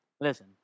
Listen